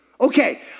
Okay